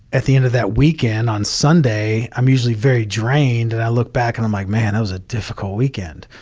at the end of that weekend on sunday, i'm usually very drained and i look back and i'm like, man, that was a difficult weekend.